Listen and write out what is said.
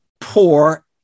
poor